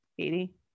Katie